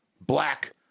Black